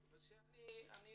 אבל אנחנו רוצים